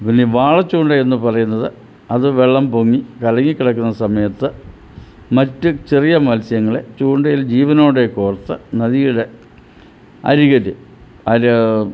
പിന്നെ വാള ചൂണ്ടയെന്ന് പറയുന്നത് അത് വെള്ളം പൊങ്ങി കലങ്ങി കിടക്കുന്ന സമയത്ത് മറ്റ് ചെറിയ മത്സ്യങ്ങളെ ചൂണ്ടയിൽ ജീവനോടെ കോർത്ത് നദിയുടെ അരികിൽ അര